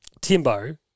Timbo